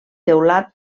teulat